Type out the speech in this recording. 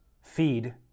feed